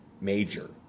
major